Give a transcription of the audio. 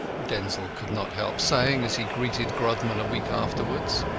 denzil could not help saying as he greeted grodman a week afterwards.